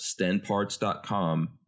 StenParts.com